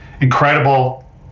Incredible